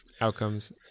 outcomes